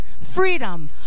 Freedom